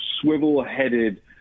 swivel-headed